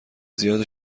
زیاد